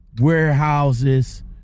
warehouses